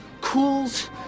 cools